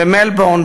במלבורן,